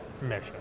mission